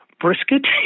brisket